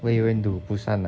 where you went to busan ah